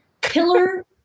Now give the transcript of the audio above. pillar